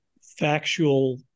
factual